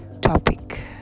topic